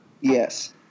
Yes